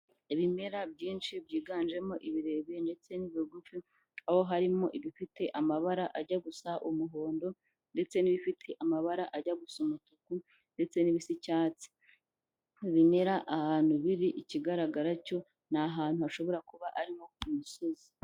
Ibimera byinshi byiganjemo ibirebire ndetse n'ibigufi, aho harimo ibifite amabara ajya gusa umuhondo ndetse n'ibifite amabara ajya gusa umutuku ndetse n'ibisa icyatsi, ibi bimera ahantu biri ikigaragara cyo ni ahantu hashobora kuba ari nko ku musozi.